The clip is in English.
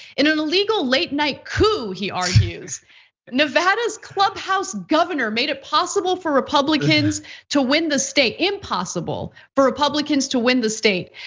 in an illegal late night coup, he argues nevada's clubhouse governor made it possible for republicans to win the state, impossible for republicans to win the state.